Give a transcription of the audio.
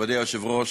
נכבדי היושב-ראש,